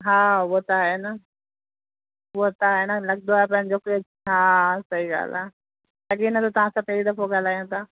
हा उहो त आहे न उहो त आहे न लॻंदो आहे पंहिंजो केरु हा सही ॻाल्हि आहे लॻे न थो तव्हां सां पहिरीं दफ़ो ॻाल्हायूं था